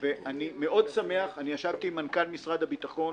אני שמח מאוד, נפגשתי עם מנכ"ל משרד הביטחון,